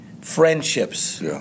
friendships